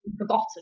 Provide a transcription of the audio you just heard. forgotten